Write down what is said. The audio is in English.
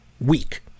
week